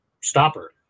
stopper